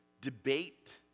debate